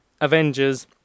Avengers